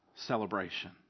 Celebration